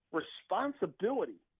responsibility